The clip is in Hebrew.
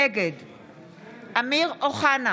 נגד אמיר אוחנה,